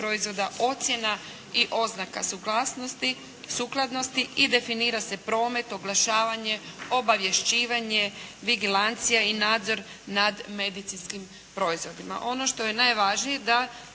ocjena i oznaka suglasnosti, sukladnosti i definira se promet, oglašavanje, obavješćivanje, …/Govornik se ne razumije./… i nadzor nad medicinskim proizvodima.